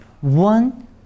one